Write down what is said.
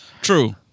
True